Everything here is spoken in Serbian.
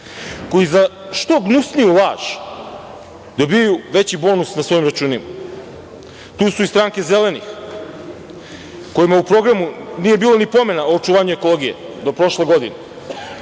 koji za što gnusniju laž dobijaju veći bonus na svojim računima. Tu su i stranke „zelenih“ kojima u programu nije bilo ni pomena o očuvanju ekologije do prošle godine,